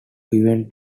events